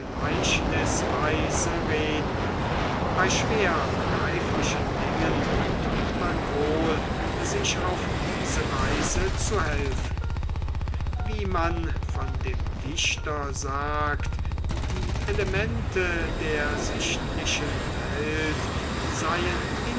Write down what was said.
reden bei schwer begreiflichen dingen tut man wohl sich auf diese weise zu helfen wie man von dem dichter sagt die elemente der sichtlichen welt seien